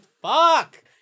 fuck